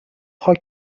خاک